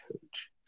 coach